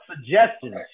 suggestions